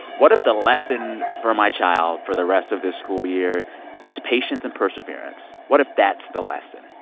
what if the lesson for my child for the rest of this school year is patience and perseverance? what if that's the lesson,